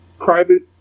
private